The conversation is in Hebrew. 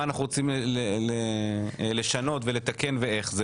מה אנחנו רוצים לשנות ולתקן ואיך,